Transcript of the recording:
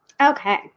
Okay